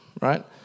Right